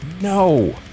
No